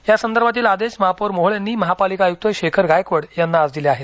या संदर्भातील आदेश महापौर मोहोळ यांनी महापालिका आयुक्त शेखर गायकवाड यांना आज दिले आहेत